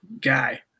guy